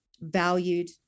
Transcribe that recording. valued